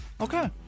Okay